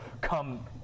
come